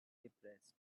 depressed